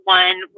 one